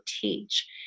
teach